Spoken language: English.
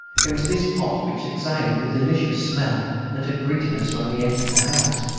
it was this pot which exhaled the delicious smell that had greeted us when we entered the house.